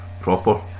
proper